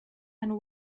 and